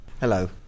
Hello